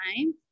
time